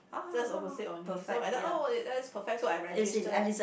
just opposite only so I thought oh that's perfect so I registered